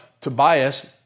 Tobias